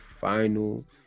final